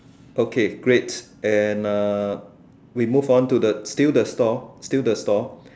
okay great and uh we move on to the still the store still the store